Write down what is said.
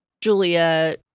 Julia